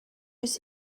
oes